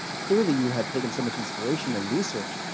clearly, you had taken so much inspiration and researched,